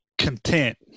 content